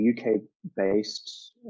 UK-based